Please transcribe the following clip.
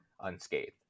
unscathed